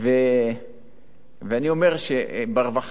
ואני אומר שברווחה,